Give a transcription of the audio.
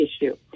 issue